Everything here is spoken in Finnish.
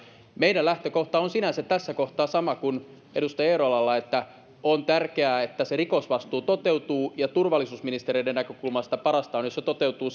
meidän lähtökohtamme on sinänsä tässä kohtaa sama kuin edustaja eerolalla että on tärkeää että rikosvastuu toteutuu ja turvallisuusministereiden näkökulmasta parasta on jos se toteutuu